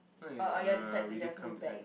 or or you all decide to just move back